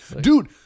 Dude